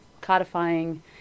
codifying